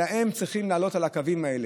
אלא הם צריכים לעלות על הקווים האלה.